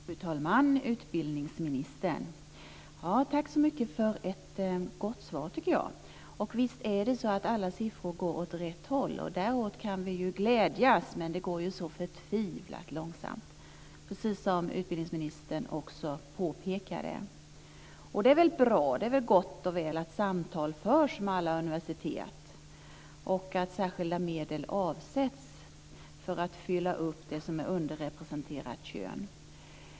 Fru talman! Tack, utbildningsministern, för ett som jag tycker gott svar. Visst pekar alla siffror åt rätt håll. Över detta kan vi glädjas men det går förtvivlat långsamt, precis som utbildningsministern påpekade. Det är gott och väl att samtal förs med alla universitet och att särskilda medel avsätts för att fylla upp vad gäller det underrepresenterade könet.